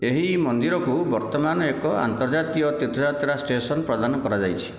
ଏହି ମନ୍ଦିରକୁ ବର୍ତ୍ତମାନ ଏକ ଅନ୍ତର୍ଜାତୀୟ ତୀର୍ଥଯାତ୍ରା ଷ୍ଟେସନ ପ୍ରଦାନ କରାଯାଇଛି